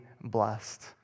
blessed